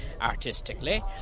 artistically